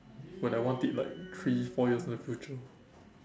when I want it like in three four years in the future